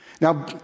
Now